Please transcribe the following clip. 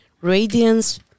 radiance